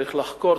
צריך לחקור,